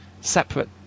separate